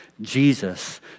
Jesus